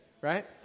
right